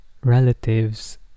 relatives